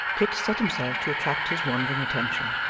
kit set himself to attract his wandering attention,